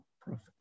prophet